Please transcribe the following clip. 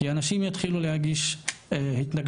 כי אנשים יתחילו להגיש התנגדויות.